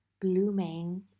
blooming